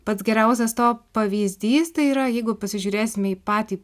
pats geriausias to pavyzdys tai yra jeigu pasižiūrėsime į patį